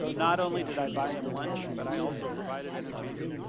so not only did i buy him lunch, but i also provided entertainment?